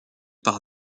par